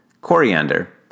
Coriander